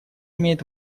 имеет